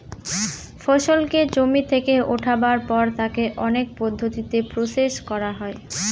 ফসলকে জমি থেকে উঠাবার পর তাকে অনেক পদ্ধতিতে প্রসেস করা হয়